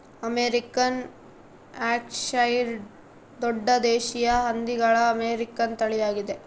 American Yorkshire ದೊಡ್ಡ ದೇಶೀಯ ಹಂದಿಗಳ ಅಮೇರಿಕನ್ ತಳಿಯಾಗಿದೆ